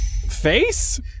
face